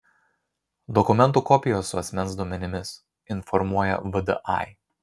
dokumentų kopijos su asmens duomenimis informuoja vdai